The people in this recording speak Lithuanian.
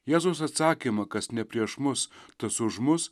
jėzaus atsakymą kas ne prieš mus tas už mus